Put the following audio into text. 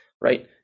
right